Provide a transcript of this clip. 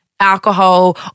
Alcohol